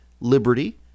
liberty